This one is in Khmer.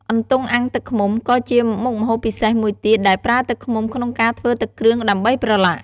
អន្ទង់អាំងទឹកឃ្មុំ ក៏ជាមុខម្ហូបពិសេសមួយទៀត ដែលប្រើទឹកឃ្មុំក្នុងការធ្វើទឹកគ្រឿងដើម្បីប្រឡាក់។